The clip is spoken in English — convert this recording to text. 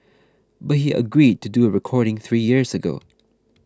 but he agreed to do a recording three years ago